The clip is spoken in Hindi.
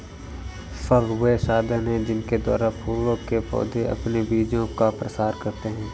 फल वे साधन हैं जिनके द्वारा फूलों के पौधे अपने बीजों का प्रसार करते हैं